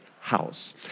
house